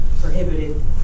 prohibited